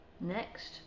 Next